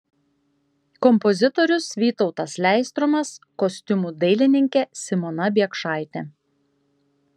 kompozitorius vytautas leistrumas kostiumų dailininkė simona biekšaitė